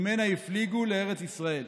שממנה הפליגו לארץ ישראל.